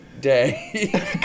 day